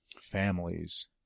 families